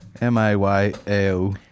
M-I-Y-A-O